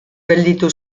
gelditu